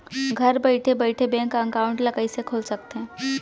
घर बइठे बइठे बैंक एकाउंट ल कइसे खोल सकथे?